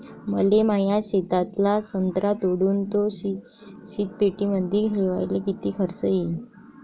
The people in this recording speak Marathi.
मले माया शेतातला संत्रा तोडून तो शीतपेटीमंदी ठेवायले किती खर्च येईन?